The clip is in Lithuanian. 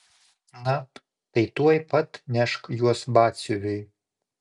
na tai tuoj pat nešk juos batsiuviui